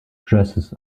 dresses